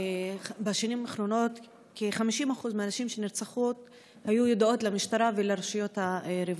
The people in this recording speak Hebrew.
בשנים האחרונות כ-50% מהנשים שנרצחו היו ידועות למשטרה ולרשויות הרווחה,